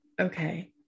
okay